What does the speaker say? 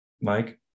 Mike